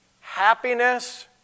happiness